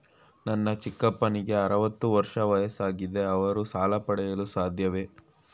ನನ್ನ ಚಿಕ್ಕಪ್ಪನಿಗೆ ಅರವತ್ತು ವರ್ಷ ವಯಸ್ಸಾಗಿದೆ ಅವರು ಸಾಲ ಪಡೆಯಲು ಸಾಧ್ಯವೇ?